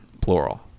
plural